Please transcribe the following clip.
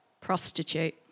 prostitute